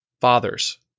Fathers